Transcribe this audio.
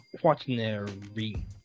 quaternary